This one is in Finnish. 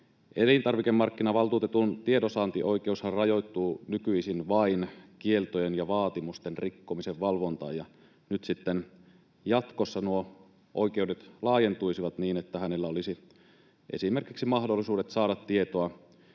Elintarvikemarkkinavaltuutetun tiedonsaantioikeus rajoittuu nykyisin vain kieltojen ja vaatimusten rikkomisen valvontaan, ja nyt sitten jatkossa nuo oikeudet laajentuisivat niin, että hänellä olisi esimerkiksi mahdollisuudet saada tietoa